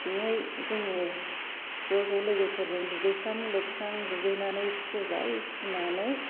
बेहाय जोंङो ज'ज' लोगोफोरजों दुगैस्रां लोबस्रां दुगैनानै सुबाय सुनानै